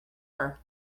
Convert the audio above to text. her